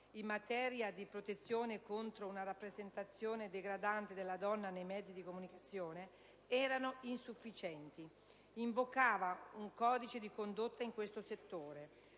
in materia di protezione contro una rappresentazione degradante della donna nei mezzi di comunicazione era insufficiente; invocava un codice di condotta in questo settore.